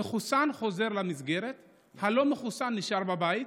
המחוסן חוזר למסגרת והלא-מחוסן נשאר בבית,